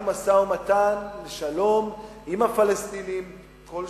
משא-ומתן לשלום עם הפלסטינים כל שבוע.